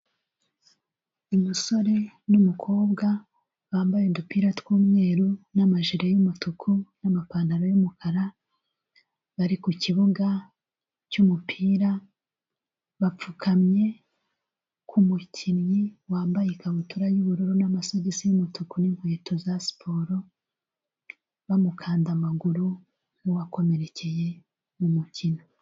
Umusore n'umukobwa bambaye udupira tw'umweru n'amajiri y'umutuku n'amapantaro y'umukara bari ku kibuga cyumupira bapfukamye kumukinnyi wambaye ikabutura y yubururu n'amagisi yumutuku ninkweto za siporo bamukanda amaguru nkuwakomerekeye mu mukino.